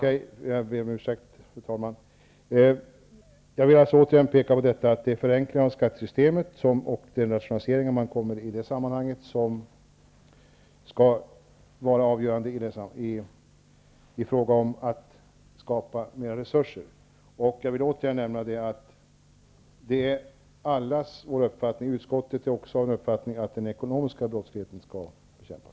Fru talman! Jag ber om ursäkt. Jag vill återigen peka på att det förenklade skattesystemet och de rationaliseringar som kommer att göras i det sammanhanget är det som skall vara avgörande i fråga om att skapa mera resurser. Utskottet har också den uppfattningen att den ekonomiska brottsligheten skall bekämpas.